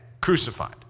crucified